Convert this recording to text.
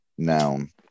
noun